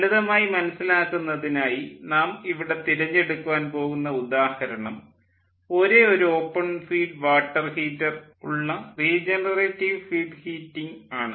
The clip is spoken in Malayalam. ലളിതമായി മനസ്സിലാക്കുന്നതിനായി നാം ഇവിടെ തിരഞ്ഞെടുക്കുവാൻ പോകുന്ന ഉദാഹരണം ഒരേയൊരു ഓപ്പൺ ഫീഡ് വാട്ടർ ഹീറ്റർ ഉള്ള റീജനറേറ്റീവ് ഫീഡ് ഹീറ്റിംഗ് ആണ്